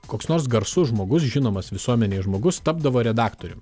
koks nors garsus žmogus žinomas visuomenei žmogus tapdavo redaktorium